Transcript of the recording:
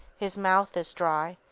his mouth is dry,